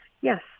yes